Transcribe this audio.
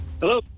Hello